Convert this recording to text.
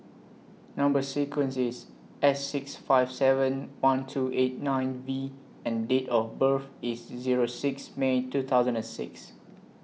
Number sequence IS S six five seven one two eight nine V and Date of birth IS Zero six May two thousand and six